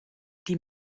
die